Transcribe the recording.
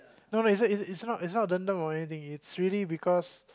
no lah it's not it's not it's not dendam or anything it's really because